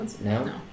No